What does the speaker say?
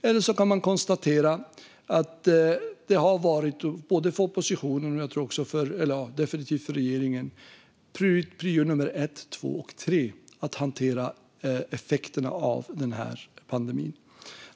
Eller så kan man konstatera att det har varit, både för oppositionen och definitivt för regeringen, prio nummer ett, två och tre att hantera effekterna av pandemin.